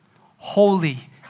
holy